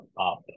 up